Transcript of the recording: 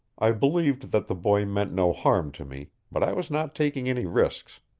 i believed that the boy meant no harm to me, but i was not taking any risks.